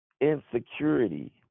insecurity